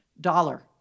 Dollar